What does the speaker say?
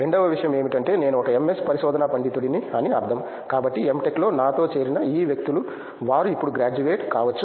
రెండవ విషయం ఏమిటంటే నేను ఒక MS పరిశోధనా పండితుడిని అని అర్ధం కాబట్టి M Tech లో నాతో చేరిన ఈ వ్యక్తులు వారు ఇప్పుడు గ్రాడ్యుయేట్ కావచ్చు